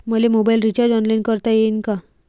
मले mobile recharge online करता येईन का?